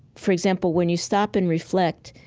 for example, when you stop and reflect,